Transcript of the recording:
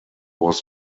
was